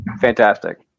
fantastic